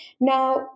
Now